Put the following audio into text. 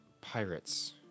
pirates